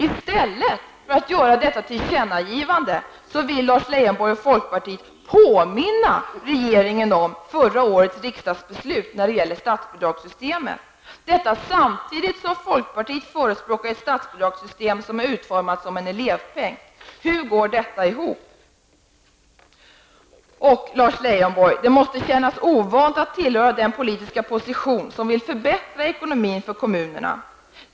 I stället för att riksdagen skall göra detta tillkännagivande vill Lars ''påminna'' regeringen om förra årets riksdagsbeslut när det gäller statsbidragssystemet, detta samtidigt som folkpartiet förespråkar ett statsbidragssystem som är utformat som en elevpeng. Hur går detta ihop? Det måste kännas ovant att tillhöra den politiska grupp som vill förbättra ekonomin för kommunerna, Lars Leijonborg.